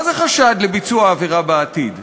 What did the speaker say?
מה זה "חשד לביצוע עבירה בעתיד"?